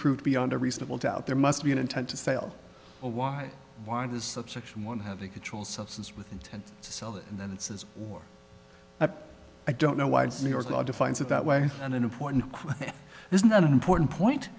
proved beyond a reasonable doubt there must be an intent to sale or why why does subsection one have a controlled substance with intent to sell it and then it says work i don't know why it's new york law defines it that way and an important one is not an important point